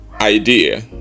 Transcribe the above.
idea